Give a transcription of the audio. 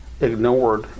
ignored